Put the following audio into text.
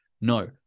no